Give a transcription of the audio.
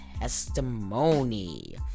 testimony